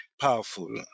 powerful